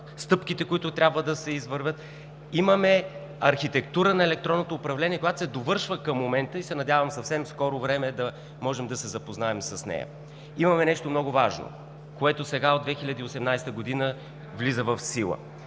стъпките, които трябва да се извървят. Имаме архитектура на електронното управление, която се довършва към момента, и се надявам в съвсем скоро време да можем да се запознаем с нея. Имаме нещо много важно, което сега, от 2018 г., влиза в сила,